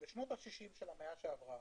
בשנות ה-60' של המאה שעברה.